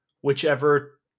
whichever